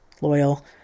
loyal